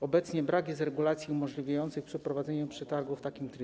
Obecnie brak jest regulacji umożliwiających przeprowadzenie przetargu w takim trybie.